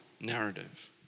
narrative